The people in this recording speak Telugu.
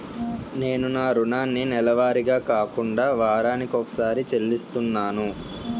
నేను నా రుణాన్ని నెలవారీగా కాకుండా వారాని కొక్కసారి చెల్లిస్తున్నాను